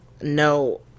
no